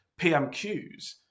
PMQs